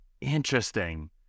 Interesting